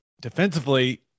defensively